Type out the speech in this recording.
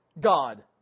God